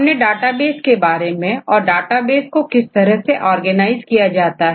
हमने डेटाबेस के बारे में और डेटाबेस कैसे ऑर्गेनाइज किया जाता है